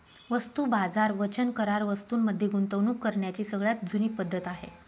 वस्तू बाजार वचन करार वस्तूं मध्ये गुंतवणूक करण्याची सगळ्यात जुनी पद्धत आहे